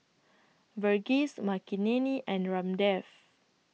Verghese Makineni and Ramdev